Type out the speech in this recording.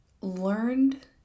learned